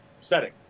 setting